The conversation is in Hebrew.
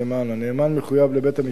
הנאמן מחויב לבית-המשפט.